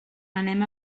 anem